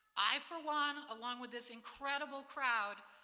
i, for one, along with this incredible crowd,